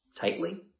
tightly